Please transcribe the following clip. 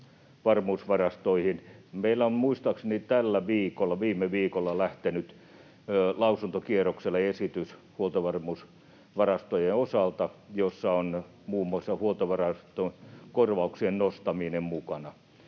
Meillä on muistaakseni tällä viikolla, viime viikolla lähtenyt lausuntokierrokselle esitys huoltovarmuusvarastojen osalta, jossa on muun muassa huoltovarmuusvarastokorvauksien nostaminen mukana.